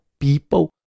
people